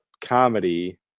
comedy